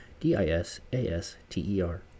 d-i-s-a-s-t-e-r